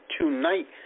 tonight